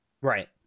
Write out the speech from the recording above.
Right